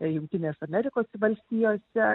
jungtinėse amerikos valstijose